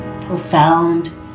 profound